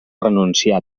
renunciar